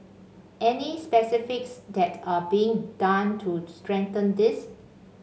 any specifics that are being done to strengthen this